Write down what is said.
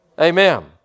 Amen